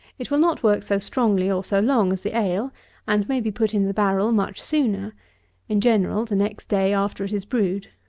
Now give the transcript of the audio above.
it will not work so strongly or so long as the ale and may be put in the barrel much sooner in general the next day after it is brewed.